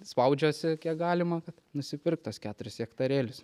spaudžiuosi kiek galima kad nusipirkt tuos keturis hektarėlius